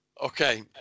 Okay